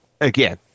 again